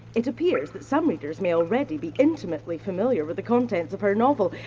it appears that some readers may already be intimately familiar with the contents of her novel,